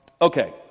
okay